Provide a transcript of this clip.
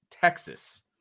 Texas